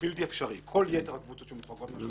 כל יתר הקבוצות שמוחרגות מהשבתון הם בארץ,